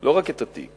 לא רק את התיק